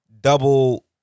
double